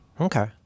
okay